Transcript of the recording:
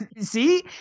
See